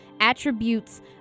attributes